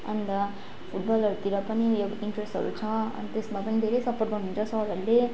अन्त फुटबलहरूतिर पनि उयो इन्ट्रेसहरू छ अनि त्यसमा पनि धेरै सपोर्ट गर्नुहुन्छ सरहरूले